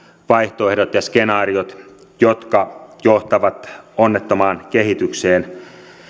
vaihtoehdot ja skenaariot jotka johtavat onnettomaan kehitykseen